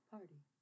Party